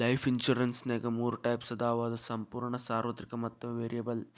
life ಇನ್ಸುರೆನ್ಸ್ನ್ಯಾಗ ಮೂರ types ಅದಾವ ಸಂಪೂರ್ಣ ಸಾರ್ವತ್ರಿಕ ಮತ್ತ ವೇರಿಯಬಲ್